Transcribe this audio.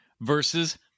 versus